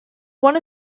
one